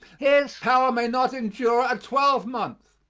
his power may not endure a twelvemonth